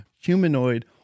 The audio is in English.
humanoid